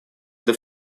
это